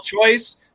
choice